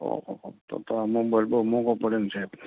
ઓ અ તો તો આ મોબાઇલ બહુ મોંઘો પડે ને સાહેબ